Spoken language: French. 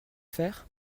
faire